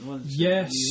Yes